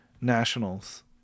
nationals